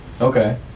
Okay